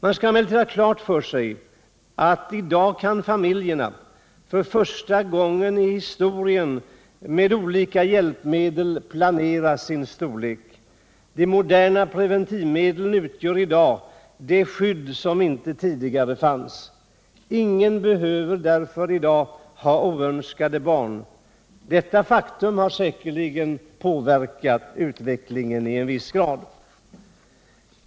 Man skall emellertid ha klart för sig att i dag kan familjerna för första gången i historien med olika hjälpmedel planera sin storlek. De moderna preventivmedlen utgör i dag det skydd som inte fanns tidigare. Ingen behöver i dag ha oönskade barn. Detta faktum har säkert påverkat utvecklingen i viss grad.